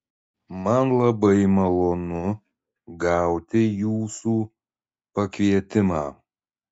man labai malonu gauti jūsų pakvietimą